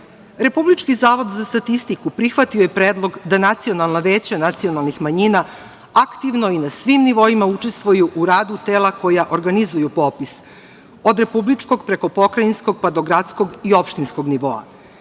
koriste. Republički zavod za statistiku prihvatio je predlog da nacionalna veća nacionalnih manjina aktivno i na svim nivoima učestvuju u radu tela koja organizuju popis, od republičkog, preko pokrajinskog, pa do gradskog i opštinskog nivoa.